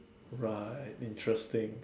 right interesting